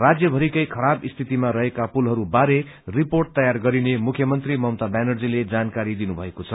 राज्य भरिकै खराब स्थितिमा रहेको पुलहरूबारे रिपोट तैयार पारिने मुख्यमन्त्री ममता ब्यानर्जीले जानकारी दिनुभएको छ